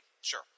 Sure